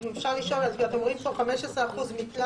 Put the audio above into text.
אם אפשר לשאול, אתם אומרים 15% מכלל